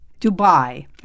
Dubai